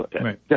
Right